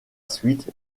suite